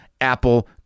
apple